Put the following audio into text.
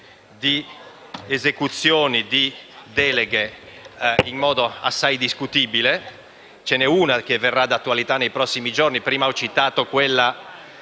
grazie.